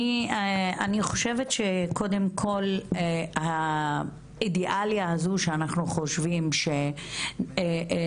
אני חושבת שקודם כל האידיאליזציה הזו שאנחנו חושבים שנציבות